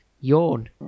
yawn